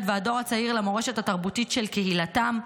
והדור הצעיר למורשת התרבותית של קהילתם,